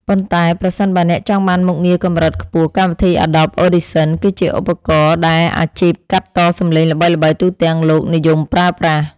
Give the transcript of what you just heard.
ប៉ុន្តែប្រសិនបើអ្នកចង់បានមុខងារកម្រិតខ្ពស់កម្មវិធីអាដុប អូឌីសិនគឺជាឧបករណ៍ដែលអាជីពកាត់តសំឡេងល្បីៗទូទាំងលោកនិយមប្រើប្រាស់។